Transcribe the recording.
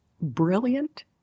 brilliant